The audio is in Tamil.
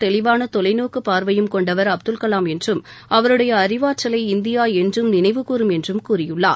தெளிவான தொலைநோக்கு பார்வையும் கொண்டவர் அப்துல்கலாம் என்றும் அவருடைய அறிவாற்றலை இந்தியா என்றும் நினைவுகூறும் என்றும் கூறியுள்ளார்